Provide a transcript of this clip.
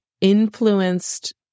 influenced